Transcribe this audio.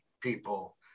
people